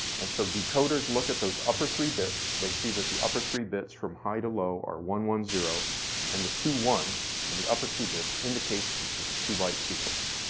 and so decoders look at those upper three bits, they see that the upper three bits, from high to low are one-one-zero and the two ones in the upper two bits, indicate this is a two byte sequence.